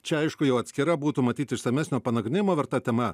čia aišku jau atskira būtų matyt išsamesnio nagrinėjimo verta tema